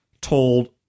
told